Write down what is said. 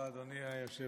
תודה, אדוני היושב-ראש.